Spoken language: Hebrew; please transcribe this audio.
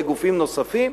בגופים נוספים?